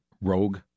rogue